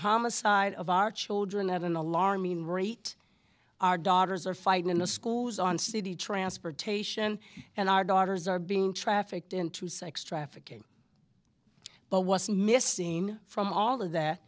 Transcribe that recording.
homicide of our children at an alarming rate our daughters are fighting in the schools on city transportation and our daughters are being trafficked into sex trafficking but was missing from all of that